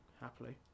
happily